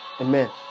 Amen